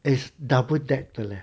this double decked 的 leh